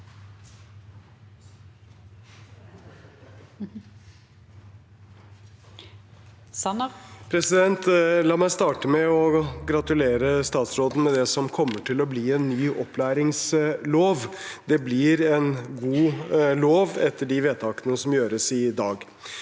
La meg starte med å gratulere statsråden med det som kommer til å bli en ny opplæringslov. Det blir en god lov etter de vedtakene som gjøres i dag.